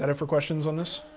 and for questions on this?